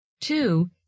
Two